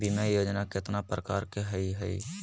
बीमा योजना केतना प्रकार के हई हई?